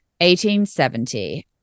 1870